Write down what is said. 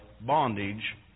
bondage